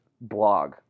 blog